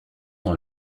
dans